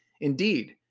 Indeed